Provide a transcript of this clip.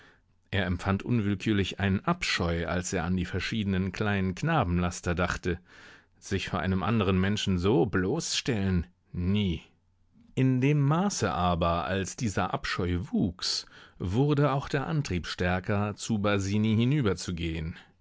er empfand unwillkürlich einen abscheu als er an die verschiedenen kleinen knabenlaster dachte sich vor einem anderen menschen so bloßstellen nie in dem maße aber als dieser abscheu wuchs wurde auch der antrieb stärker zu basini hinüber